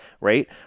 Right